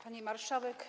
Pani Marszałek!